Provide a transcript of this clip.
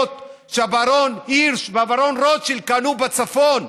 שהברון הירש והברון רוטשילד קנו בצפון,